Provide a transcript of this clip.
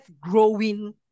growing